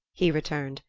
he returned,